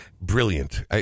Brilliant